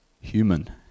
human